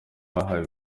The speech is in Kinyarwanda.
bahawe